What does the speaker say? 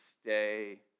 stay